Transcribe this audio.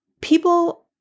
People